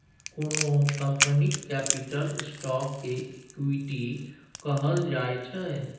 कोनो कंपनीक capital stock केँ इक्विटी कहल जाइ छै